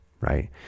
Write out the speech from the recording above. right